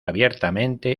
abiertamente